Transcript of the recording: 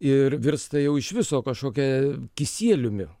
ir virsta jau iš viso kažkokia kisieliumi